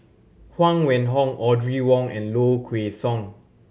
Huang Wenhong Audrey Wong and Low Kway Song